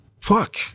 fuck